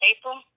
April